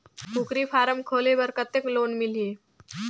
कूकरी फारम खोले बर कतेक लोन मिलही?